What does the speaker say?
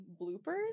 bloopers